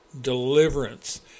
deliverance